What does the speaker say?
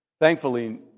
Thankfully